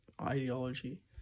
ideology